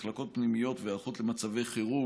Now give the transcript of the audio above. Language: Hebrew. מחלקות פנימיות והיערכות למצבי חירום,